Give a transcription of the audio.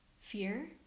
fear